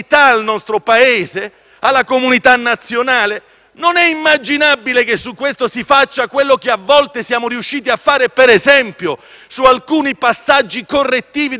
alla comunità nazionale? Non è immaginabile che su questo si faccia quello che a volte siamo riusciti a fare come - per esempio - su alcuni passaggi correttivi del